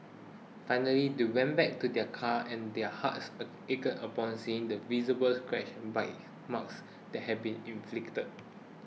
finally they went back to their car and their hearts ached upon seeing the visible scratches and bite marks that had been inflicted